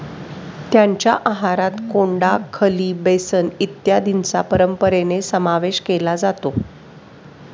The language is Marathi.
त्यांच्या आहारात कोंडा, खली, बेसन इत्यादींचा परंपरेने समावेश केला जातो